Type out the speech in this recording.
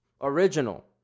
original